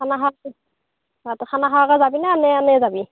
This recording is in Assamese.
খানা খানা খোৱাকৈ যাবি নে এনেই যাবি